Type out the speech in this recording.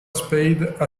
spade